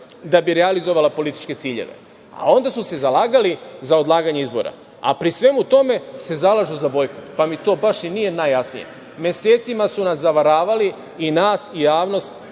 da bi realizovala političke ciljeve. A onda su se zalagali za odlaganje izbora. A pri svemu tome se zalažu za bojkot. To mi baš i nije najjasnije. Mesecima su nas zavaravali, i nas i javnost,